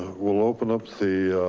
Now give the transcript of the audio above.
we'll open up the, a